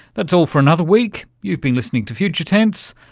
that's all for another week. you've been listening to future tense,